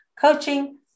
coaching